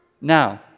Now